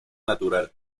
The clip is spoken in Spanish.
natural